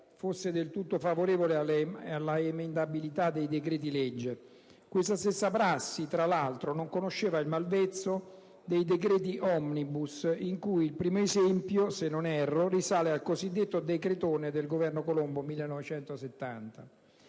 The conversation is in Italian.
fosse del tutto favorevole alla emendabilità dei decreti-legge. Quella stessa prassi, tra l'altro, non conosceva il malvezzo dei decreti *omnibus* il cui primo esempio, se non erro, risale al cosiddetto decretone del Governo Colombo del 1970.